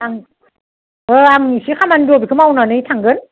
आं अ आं इसे खामानि दं बेखौ मावनानै थांगोन